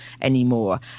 anymore